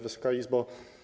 Wysoka Izbo!